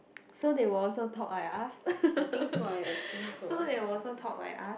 so they will also talk like us so they'll also talk like us